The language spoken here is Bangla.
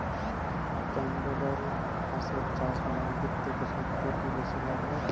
ক্যাম্পবেল হাঁসের চাষ মুরগির থেকে সত্যিই কি বেশি লাভ দায়ক?